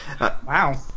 Wow